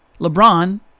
LeBron